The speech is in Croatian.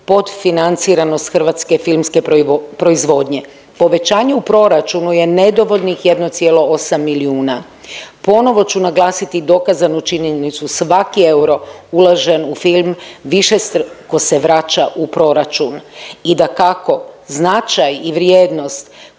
podfinanciranost hrvatske filmske proizvodnje. Povećanje u proračunu je nedovoljnih 1,8 milijuna. Ponovo ću naglasiti dokazanu činjenicu svaki euro uložen u film višestruko se vraća u proračun i dakako značaj i vrijednost,